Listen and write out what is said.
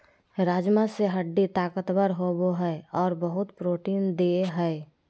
राजमा से हड्डी ताकतबर होबो हइ और बहुत प्रोटीन देय हई